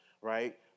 right